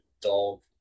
dog